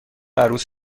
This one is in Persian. عروس